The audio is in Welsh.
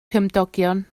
cymdogion